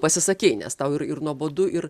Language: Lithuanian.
pasisakei nes tau ir ir nuobodu ir